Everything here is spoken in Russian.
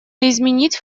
изменить